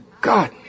God